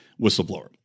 whistleblower